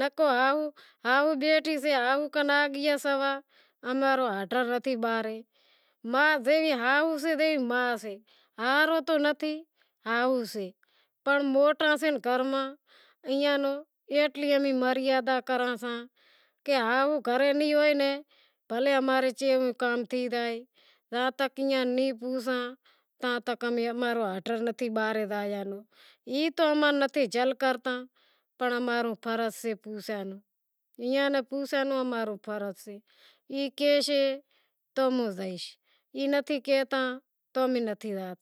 نکو ہائو بیٹھی سے ہائو سوا امارو آرڈر نتھی جیوی ما سے تیوی ہائو سے، موٹاں سے گھراں میں امیں ایتلی مریادا کراں کہ ہائو گھریں نائیں بھلیں امارو کیوو کام تھئی زائے امارو آرڈر نتھی باہر جاوا رو پنڑ امارو فرض سے پوسنڑ، ای کہیشے تو امیں زائیساں ای نتھی کہتی تو امیں نتھی زاں۔